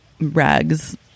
rags